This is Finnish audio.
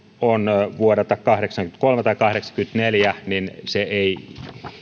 on vuodelta kahdeksankymmentäkolme tai kahdeksankymmentäneljä niin se ei